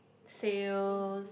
sales